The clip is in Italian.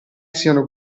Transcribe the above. siano